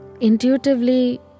intuitively